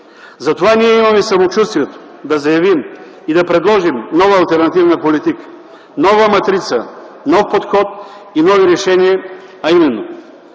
политика. Ние имаме самочувствието да заявим и да предложим нова алтернативна политика, нова матрица, нов подход и нови решения, а именно: